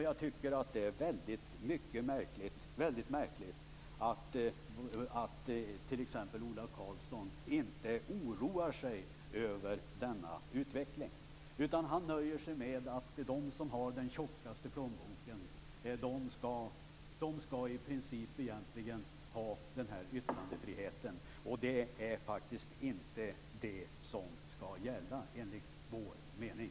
Jag tycker att det är väldigt märkligt att t.ex. Ola Karlsson inte oroar sig över denna utveckling. Han nöjer sig med att det i princip är de som har den tjockaste plånboken som skall ha yttrandefriheten. Det är faktiskt inte det som skall gälla, enligt vår mening.